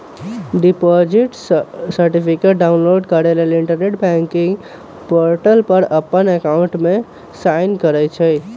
deposit certificate download लेल internet banking portal पर अप्पन अकाउंट में साइन करइ छइ